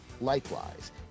likewise